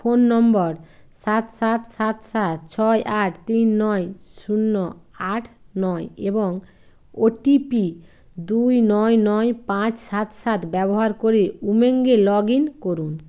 phone নম্বর সাত সাত সাত সাত ছয় আট তিন নয় শূন্য আট নয় এবং ওটিপি দুই নয় নয় পাঁচ সাত সাত ব্যবহার করে উমেঙ্গে লগ ইন করুন